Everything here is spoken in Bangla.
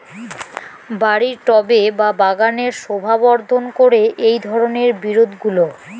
বাড়ির টবে বা বাগানের শোভাবর্ধন করে এই ধরণের বিরুৎগুলো